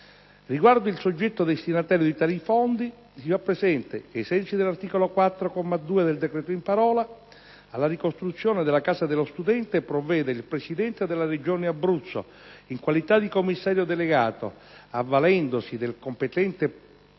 Riguardo al soggetto destinatario di tali fondi si fa presente che ai sensi dell'articolo 4, comma 2, del decreto in parola, alla ricostruzione della Casa dello studente provvede il presidente della Regione Abruzzo, in qualità di commissario delegato, avvalendosi del competente